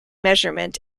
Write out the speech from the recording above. measurement